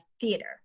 theater